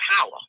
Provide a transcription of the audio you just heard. power